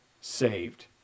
saved